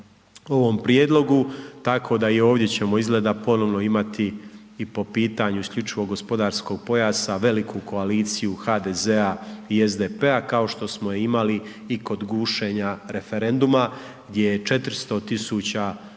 ovom prijedlogu, tako da i ovdje ćemo izgleda ponovo imati i po pitanju isključivog gospodarskog pojasa veliku koaliciju HDZ-a i SDP-a kao što smo imali i kod gušenja referenduma gdje je 400.000